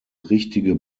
richtige